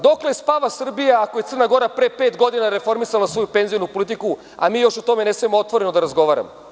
Dokle spava Srbija, ako je Crna Gora pre pet godina reformisala svoju penzionu politiku, a mi još o tome ne smemo otvoreno da razgovaramo?